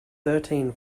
thirteen